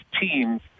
teams